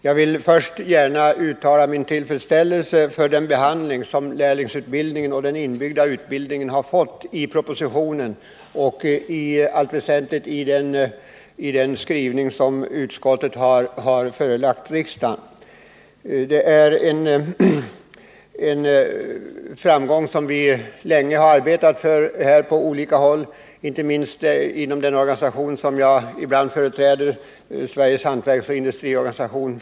Jag vill först gärna uttala min tillfredsställelse över den behandling som lärlingsutbildningen och den inbyggda utbildningen fått i propositionen och i allt väsentligt även i utskottets skrivning. Det är en framgång som vi länge arbetat för på olika håll, inte minst inom den organisation som jag ibland företräder, nämligen Sveriges hantverksoch industriorganisation.